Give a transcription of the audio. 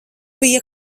bija